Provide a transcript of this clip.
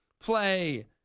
play